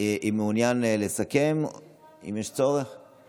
אינו נוכח, חבר הכנסת משה טור פז,